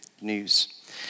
news